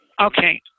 Okay